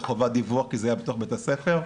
חובת דיווח כי זה היה בתוך בית הספר,